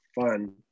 fun